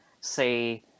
say